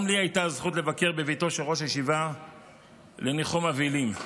גם לי הייתה הזכות לבקר בביתו של ראש הישיבה לניחום אבלים.